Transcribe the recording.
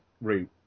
route